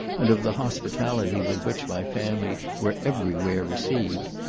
and of the hospitality with which my family were every where received,